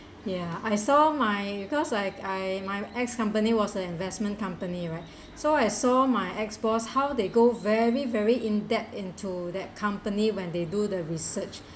ya I saw my because I I my ex company was an investment company right so I saw my ex boss how they go very very in depth into that company when they do the research